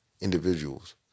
individuals